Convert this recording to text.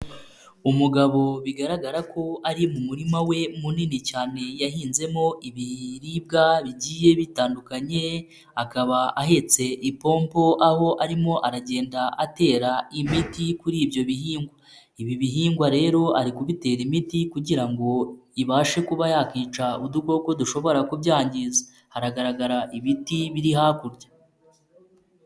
Umugabo bigaragara ko ari mu murima we munini cyane yahinzemo ibiribwa bigiye bitandukanye, akaba ahetse ipompo aho arimo aragenda atera imiti kuri ibyo bihingwa. Ibi bihingwa rero ari kubitera imiti kugira ngo ibashe kuba yakwica udukoko dushobora kubyangiza .Hagaragara ibiti biri hakurya.